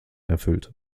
erfüllte